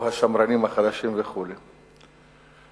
או השמרנים החלשים, וכו'.